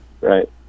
right